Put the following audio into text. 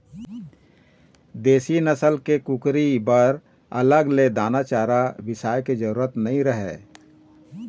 देसी नसल के कुकरी बर अलग ले दाना चारा बिसाए के जरूरत नइ रहय